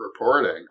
reporting